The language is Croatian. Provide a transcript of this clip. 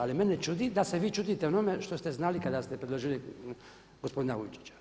Ali mene čudi da se vi čudite onome što ste znali kada ste predložili gospodina Vujčića.